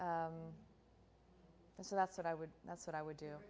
so that's what i would that's what i would do